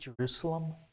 Jerusalem